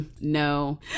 No